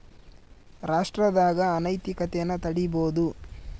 ರಾಷ್ಟ್ರದಾಗ ಅನೈತಿಕತೆನ ತಡೀಬೋದು